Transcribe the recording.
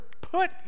put